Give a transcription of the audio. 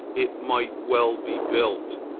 it might well be built,